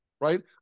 right